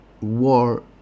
war